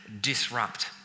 disrupt